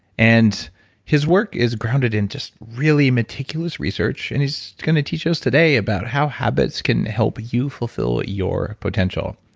and his work is grounded in just really meticulous research and he's going to teach us today about habits can help you fulfill your potential.